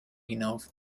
hinauf